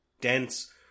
dense